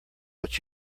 what